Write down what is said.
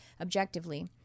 objectively